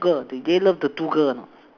girl do they love the two girl or not